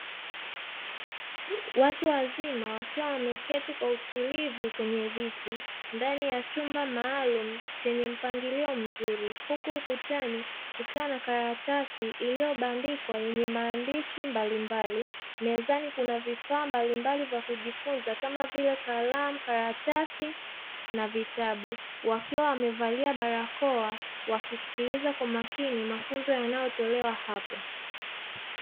Watu wazima wakiwa wameketi kwa utulivu ndani ya chumba maalumu chenye mpangilio mzuri, huku ukutani kukiwa na karatasi iliyobandikwa yenye maandishi mbalimbali, mezani kuna vifaa mbalimbali vya kujifunzia kama vile: kalamu, karatasi na vitabu wakiwa wamevaa barakoa wakisikiliza kwa makini mafunzo yanayotolewa hapo.